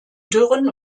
dürren